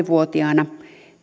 vuotiaana